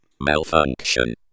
Malfunction